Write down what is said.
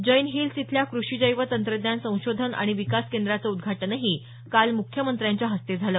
Jain Hills इथल्या कृषी जैव तंत्रज्ञान संशोधन आणि विकास केंद्राचं उद्घाटनही काल म्ख्यमंत्र्यांच्या हस्ते झालं